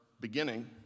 beginning